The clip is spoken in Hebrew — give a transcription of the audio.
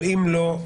אבל אם לא,